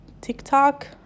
TikTok